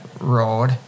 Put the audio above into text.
road